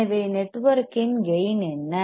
எனவே நெட்வொர்க்கின் கேயின் என்ன